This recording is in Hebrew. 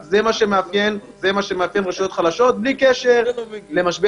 זה מה שמאפיין רשויות חלשות בלי קשר למשבר